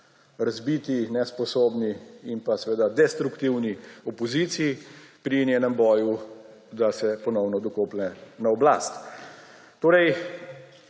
razbiti, nesposobni in destruktivni opoziciji pri njenem boju, da se ponovno dokoplje na oblast. Torej,